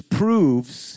proves